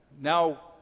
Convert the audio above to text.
Now